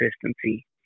consistency